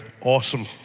Awesome